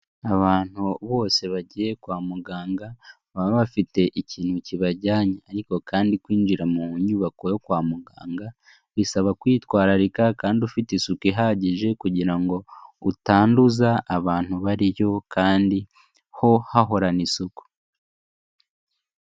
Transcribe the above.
Abantu bose bagiye kwa muganga, baba bafite ikintu kibajyanye, ariko kandi kwinjira mu nyubako yo kwa muganga, bisaba kwitwararika kandi ufite isuku ihagije, kugira ngo utanduza abantu bariyo kandi ho hahorana isuku.